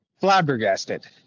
flabbergasted